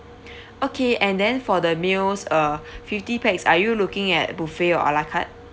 okay and then for the meals uh fifty pax are you looking at buffet or a la carte